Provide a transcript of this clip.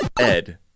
Ed